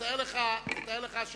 תאר לך שהליכוד,